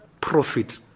profit